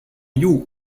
you